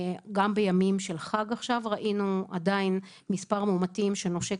גם בימים של חג עכשיו ראינו עדיין מספר מאומתים שנושק